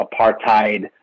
apartheid